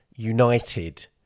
United